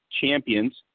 champions